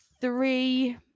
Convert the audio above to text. three